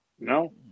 No